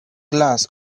glass